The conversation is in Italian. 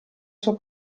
sua